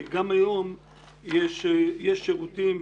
גם היום יש שירותים.